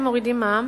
אתם מורידים מע"מ,